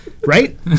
Right